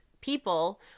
people